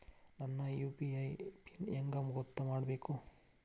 ನನ್ನ UPI pin ಹೆಂಗ್ ಗೊತ್ತ ಮಾಡ್ಕೋಬೇಕು?